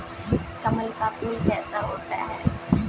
कमल का फूल कैसा होता है?